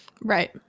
Right